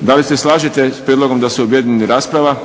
Da li se slažete s prijedlogom da se objedini rasprava?